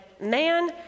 Man